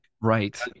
right